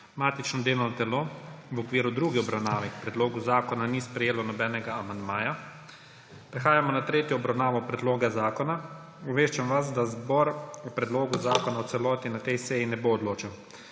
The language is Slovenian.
Matično delovno telo v okviru druge obravnave k predlogu zakona ni sprejelo nobenega amandmaja. Prehajamo na tretjo obravnavo predloga zakona. Obveščam vas, da zbor o predlogu zakona v celoti na tej seji ne bo odločil.